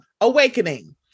Awakening